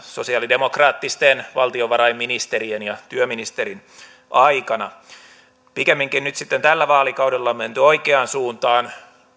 sosiaalidemokraattisten valtiovarainministerien ja työministerin aikana pikemminkin nyt sitten tällä vaalikaudella on menty oikeaan suuntaan